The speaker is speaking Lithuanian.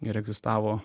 ir egzistavo